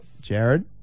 Jared